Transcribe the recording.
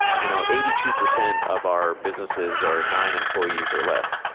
you know eighty two percent of our businesses are nine employees or less.